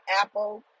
Apple